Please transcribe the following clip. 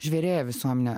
žvėrėja visuomenė